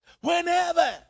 Whenever